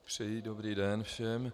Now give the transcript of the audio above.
Přeji dobrý den všem.